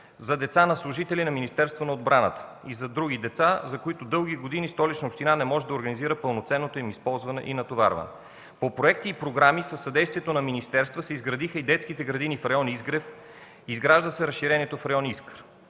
за деца на служители на Министерството на отбраната и за други деца, за които дълги години Столична община не може да организира пълноценното използване и натоварване. По проекти и по програми със съдействието на министерства се изградиха и детски градини в район „Изгрев”, изгражда се разширението в район „Искър”.